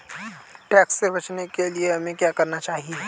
Tax से बचने के लिए हमें क्या करना चाहिए?